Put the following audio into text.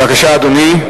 בבקשה, אדוני,